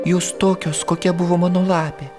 jūs tokios kokia buvo mano lapė